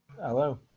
Hello